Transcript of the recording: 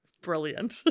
brilliant